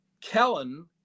Kellen